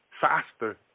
faster